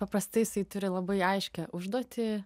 paprastai jisai turi labai aiškią užduotį